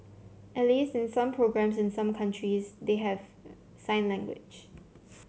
at least in some programmes in some countries they have sign language